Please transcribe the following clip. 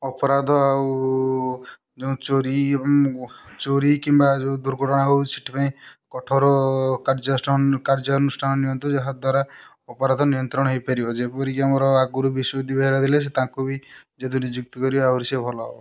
ଅପରାଧ ଆଉ ଚୋରି ଚୋରି କିମ୍ବା ଦୁର୍ଘଟଣା ହେଉଛି ସେଥିପାଇଁ କଠୋର କାର୍ଯ୍ୟ ଅନୁଷ୍ଠାନ କାର୍ଯ୍ୟ ଅନୁଷ୍ଠାନ ନିଅନ୍ତୁ ଯାହା ଦ୍ୱାରା ଅପରାଧ ନିୟନ୍ତ୍ରଣ ହୋଇପାରିବ ଯେପରିକି ଆମର ଆଗରୁ ବିଶ୍ଵଜିତ ବେହେରା ଥିଲେ ଯଦି ତାଙ୍କୁ ବି ଯଦି ନୁଯୁକ୍ତି କରିବେ ଆହୁରି ଭଲ ହେବ